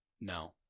No